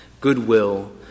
goodwill